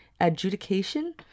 adjudication